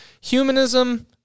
humanism